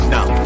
Now